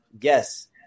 yes